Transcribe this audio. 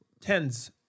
Tens